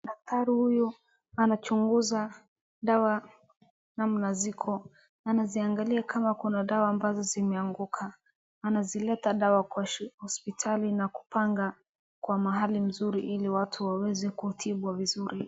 Daktari huyu anachunguza dawa namna ziko. Anaziangalia kama kuna dawa ambazo zimeanguka. Anazileta dawa kwa hospitali na kupanga kwa mahali mzuri ili watu waweze kutibwa vizuri.